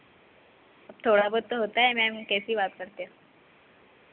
अब थोड़ा बहुत तो होता है मैम कैसी बात करते हो